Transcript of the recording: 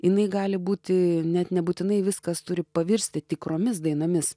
jinai gali būti net nebūtinai viskas turi pavirsti tikromis dainomis